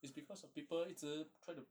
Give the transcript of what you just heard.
it's because of people 一直 try to